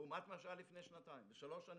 לעומת מה שהיה לפני שנתיים ושלוש שנים,